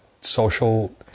social